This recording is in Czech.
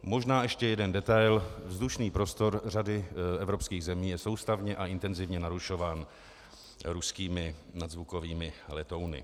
Možná ještě jeden detail: vzdušný prostor řady evropských zemí je soustavně a intenzivně narušován ruskými nadzvukovými letouny.